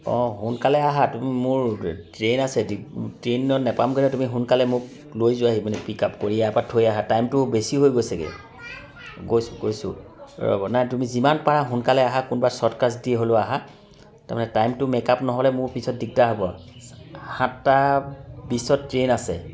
অঁ সোনকালে আহাঁ তুমি মোৰ ট্ৰেইন আছে দি ট্ৰেইনত নাপামগৈ নহয় তুমি সোনকালে মোক লৈ যোৱাঁহি মানে পিক আপ কৰি ইয়াৰ পৰা থৈ আহাঁ টাইমটো বেছি হৈ গৈছেগৈ গৈছোঁ গৈছোঁ ৰ'বা নাই তুমি যিমান পাৰা সোনকালে আহাঁ কোনোবা শ্ৱৰ্টকাট দি হ'লেও আহাঁ তাৰমানে টাইমটো মেপ আপ নহ'লে মোৰ পিছত দিগদাৰ হ'ব সাতটা বিছত ট্ৰেইন আছে